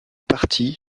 parties